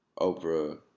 Oprah